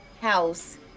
house